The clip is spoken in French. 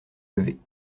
levée